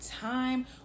time